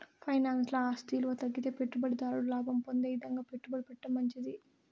ఫైనాన్స్ల ఆస్తి ఇలువ తగ్గితే పెట్టుబడి దారుడు లాభం పొందే ఇదంగా పెట్టుబడి పెట్టడం మంచిది